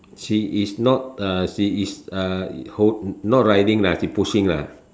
she is not uh she is uh hol~ not riding lah she pushing lah